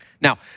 Now